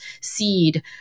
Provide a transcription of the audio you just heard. seed